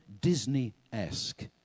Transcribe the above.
Disney-esque